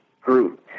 group